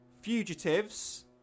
Fugitives